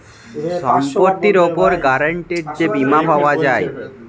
সম্পত্তির উপর গ্যারান্টিড যে বীমা পাওয়া যায়